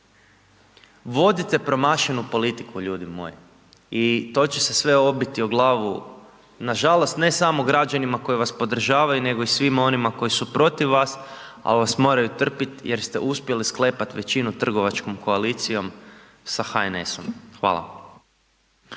Vodite promašenu politiku ljudi moji i to će se sve obiti o glavu, nažalost, ne samo građanima koji vas podržavaju, nego i svima onima koji su protiv vas, al vas moraju trpit jer ste uspjeli sklepat većinu trgovačkom koalicijom sa HNS-om. Hvala.